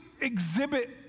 exhibit